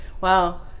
Wow